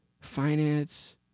Finance